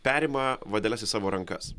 perima vadeles į savo rankas